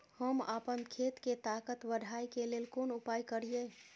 हम आपन खेत के ताकत बढ़ाय के लेल कोन उपाय करिए?